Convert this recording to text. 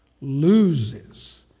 loses